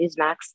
Newsmax